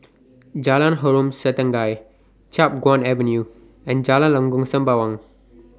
Jalan Harom Setangkai Chiap Guan Avenue and Jalan Lengkok Sembawang